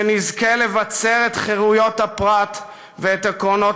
שנזכה לבצר את חירויות הפרט ואת עקרונות